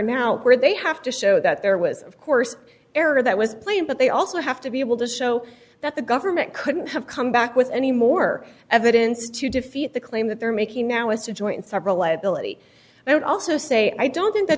now where they have to show that there was of course error that was plain but they also have to be able to show that the government couldn't have come back with any more evidence to defeat the claim that they're making now it's a joint several liability i would also say i don't think the